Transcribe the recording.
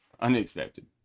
Unexpected